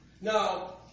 Now